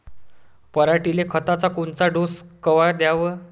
पऱ्हाटीले खताचा कोनचा डोस कवा द्याव?